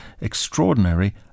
extraordinary